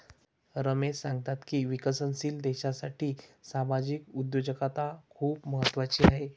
रमेश सांगतात की विकसनशील देशासाठी सामाजिक उद्योजकता खूप महत्त्वाची आहे